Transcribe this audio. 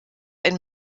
ein